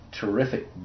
terrific